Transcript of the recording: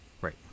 Right